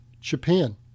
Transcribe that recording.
Japan